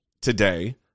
today